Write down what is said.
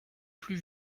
plus